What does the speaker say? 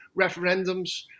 referendums